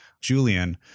Julian